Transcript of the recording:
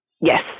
Yes